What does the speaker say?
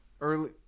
Early